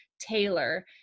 tailor